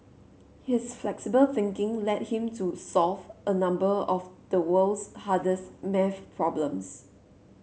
his flexible thinking led him to solve a number of the world's hardest maths problems